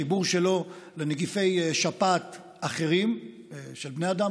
חיבור שלו לנגיפי שפעת אחרים של בני אדם.